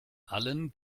allen